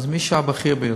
אז מי שהבכיר ביותר.